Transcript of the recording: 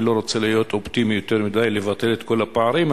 אני לא רוצה להיות אופטימי יותר מדי ולומר לבטל את כל הפערים,